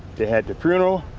they had the funeral.